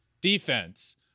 Defense